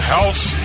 House